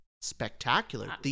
spectacular